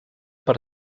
per